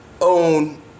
own